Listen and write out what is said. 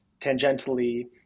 tangentially